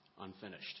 unfinished